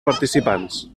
participants